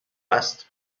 است